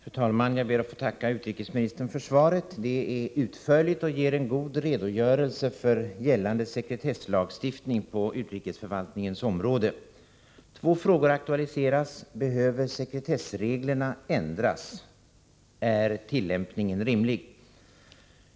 Fru talman! Jag ber att få tacka utrikesministern för svaret. Det är utförligt och ger en god redogörelse för gällande sekretesslagstiftning på utrikesförvaltningens område. Två frågor aktualiseras: Behöver sekretessreglerna ändras? Är tillämpningen rimlig?